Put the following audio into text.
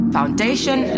Foundation